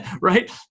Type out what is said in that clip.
Right